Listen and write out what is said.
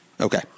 Okay